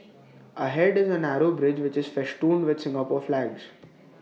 ahead is A narrow bridge which is festooned with Singapore flags